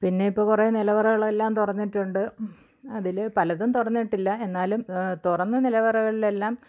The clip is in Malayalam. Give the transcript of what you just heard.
പിന്നെ ഇപ്പം കുറെ നിലവറകളെല്ലാം തുറന്നിട്ടുണ്ട് അതിൽ പലതും തുറന്നിട്ടില്ല എന്നാലും തുറന്ന നിലവറകളിലെല്ലാം